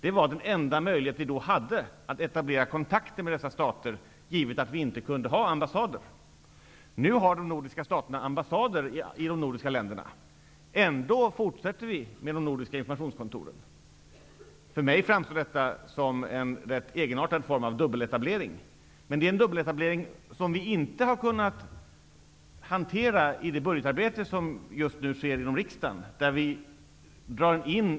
Det var den enda möjlighet vi då hade att etablera kontakter med dessa stater, givet att vi inte kunde ha ambassader. Nu har de nordiska staterna ambassader i de baltiska staterna. Ändå fortsätter de nordiska informationskontoren att finnas kvar. För mig framstår detta som en rätt egenartad form av dubbeletablering. Men det är en dubbeletablering som vi inte har kunnat hantera i det budgetarbete som just nu pågår i riksdagen.